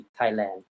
Thailand